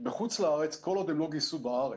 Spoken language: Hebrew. בחוץ לארץ כל עוד הם לא גייסו בארץ.